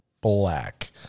Black